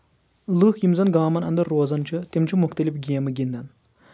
لُکھ یِم زَن گامَن اَندَر روزان چھِ تِم چھِ مُختٔلِف گیمہٕ گِنٛدان